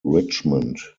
richmond